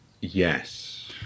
Yes